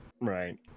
Right